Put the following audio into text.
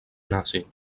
nazi